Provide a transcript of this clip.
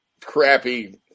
crappy